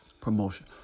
promotion